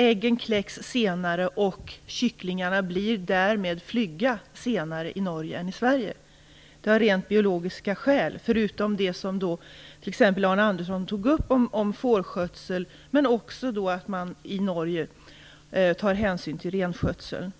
Äggen kläcks senare och kycklingarna blir därmed flygga senare i Norge än i Sverige. Här finns alltså rent biologiska skäl att anföra, förutom t.ex. det som Arne Andersson tog upp om fårskötseln och att man i Norge tar hänsyn till renskötseln.